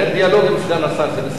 אני מנהל דיאלוג עם סגן השר.